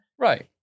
Right